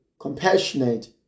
compassionate